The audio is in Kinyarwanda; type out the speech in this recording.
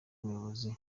abayobozi